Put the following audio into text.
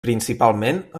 principalment